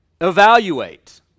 evaluate